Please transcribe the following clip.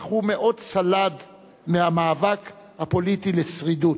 אך הוא מאוד סלד מהמאבק הפוליטי על שרידות.